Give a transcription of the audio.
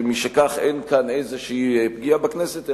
ומכאן שאין כאן איזו פגיעה בכנסת,